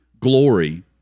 glory